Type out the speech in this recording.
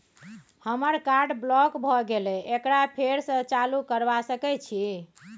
हमर card block भ गेले एकरा फेर स चालू करबा सके छि?